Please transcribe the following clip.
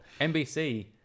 NBC